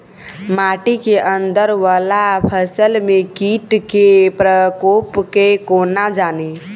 माटि केँ अंदर वला फसल मे कीट केँ प्रकोप केँ कोना जानि?